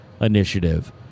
initiative